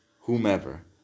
whomever